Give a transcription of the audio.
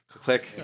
Click